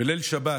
בליל שבת